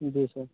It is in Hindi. जी सर